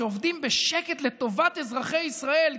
שעובדים בשקט לטובת אזרחי ישראל,